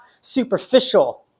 superficial